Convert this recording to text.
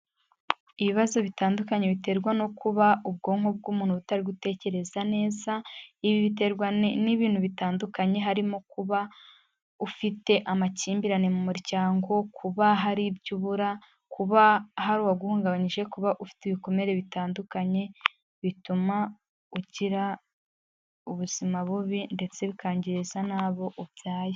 Ibibazo bitandukanye biterwa no kuba ubwonko bw'umuntu butari gutekereza neza, ibi biterwa n'ibintu bitandukanye, harimo kuba ufite amakimbirane mu muryango, kuba hari ibyo ubura, kuba hari uwaguhungabanyije, kuba ufite ibikomere bitandukanye bituma ugira ubuzima bubi ndetse bikangiza n'abo ubyaye.